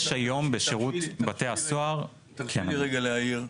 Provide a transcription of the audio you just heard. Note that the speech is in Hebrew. יש היום בשירות בתי הסוהר --- תרשה לי להעיר.